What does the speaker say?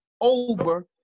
over